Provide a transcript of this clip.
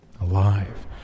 alive